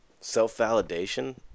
Self-validation